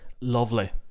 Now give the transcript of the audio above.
lovely